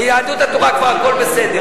ביהדות התורה הכול כבר בסדר,